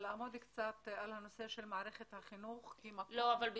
רוצה לעמוד על הנושא של מערכת החינוך -- ברשותך,